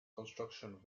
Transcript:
construction